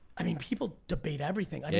i mean people debate everything.